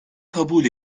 kabul